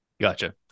Gotcha